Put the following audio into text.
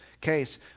case